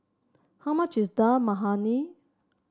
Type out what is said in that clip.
how much is Dal Makhani